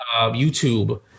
YouTube